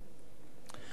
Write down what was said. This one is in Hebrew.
חבר הכנסת שנלר,